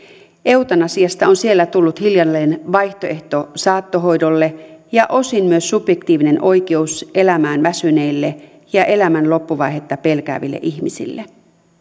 eutanasiasta on siellä tullut hiljalleen vaihtoehto saattohoidolle ja osin myös subjektiivinen oikeus elämään väsyneille ja elämän loppuvaihetta pelkääville ihmisille